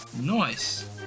Nice